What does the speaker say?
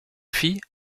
fille